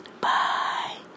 Bye